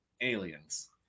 Aliens